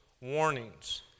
warnings